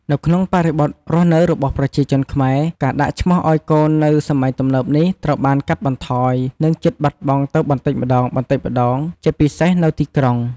នៅក្នុងបរិបទរស់នៅរបស់ប្រជាជនខ្មែរ ការដាក់ឈ្មោះឱ្យកូននៅសម័យទំនើបនេះ ត្រូវបានកាត់បន្ថយ និងជិតបាត់បង់ទៅបន្តិចម្ដងៗ ជាពិសេសនៅទីក្រុង។